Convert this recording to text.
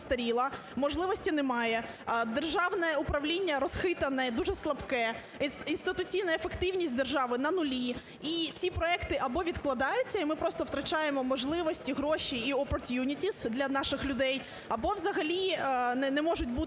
можливості немає, державне управління розхитане і дуже слабке, інституційна ефективність держави на нулі, і ці проекти або відкладаються, і ми просто втрачаємо можливості, гроші і opportunities для наших людей або взагалі не можуть бути